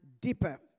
deeper